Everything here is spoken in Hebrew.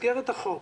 במסגרת החוק,